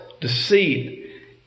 deceit